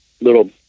little